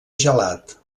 gelat